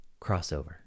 crossover